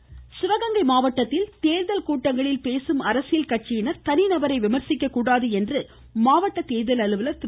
தேர்தல் இருவரி சிவகங்கை மாவட்டத்தில் தேர்தல் கூட்டங்களில் பேசும் அரசியல் கட்சியினர் தனிநபரை விமர்சிக்க கூடாது என்று மாவட்ட தேர்தல் அலுவலர் திரு